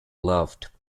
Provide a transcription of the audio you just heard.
loved